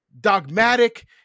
dogmatic